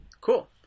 Cool